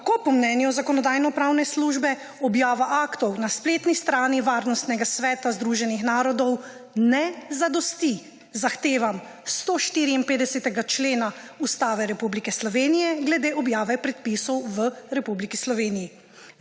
Tako po mnenju Zakonodajno-pravne službe objava aktov na spletni strani Varnostnega sveta Združenih narodov ne zadosti zahtevam 154. člena Ustave Republike Slovenije glede objave predpisov v Republiki Sloveniji,